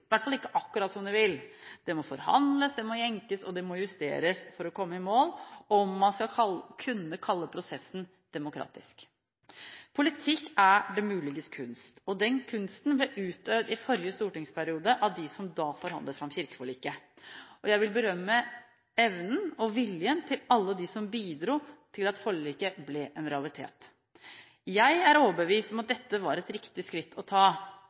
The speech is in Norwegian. hvert fall ikke akkurat som de vil. Det må forhandles, det må jenkes, og det må justeres for å komme i mål om man skal kunne kalle prosessen demokratisk. Politikk er det muliges kunst, og den kunsten ble utøvd i forrige stortingsperiode av dem som da forhandlet fram kirkeforliket. Jeg vil berømme evnen og viljen til alle dem som bidro til at forliket ble en realitet. Jeg er overbevist om at dette var et riktig skritt å ta,